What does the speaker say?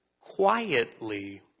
quietly